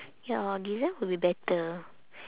ya design will be better